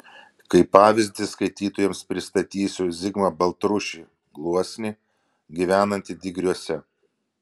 kaip pavyzdį skaitytojams pristatysiu zigmą baltrušį gluosnį gyvenantį digriuose